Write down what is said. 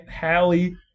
Hallie